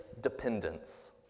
dependence